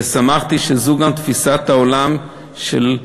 ושמחתי שזו גם תפיסת העולם של,